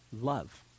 love